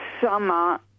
summer